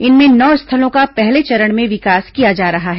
इनमें नौ स्थलों का पहले चरण में विकास किया जा रहा है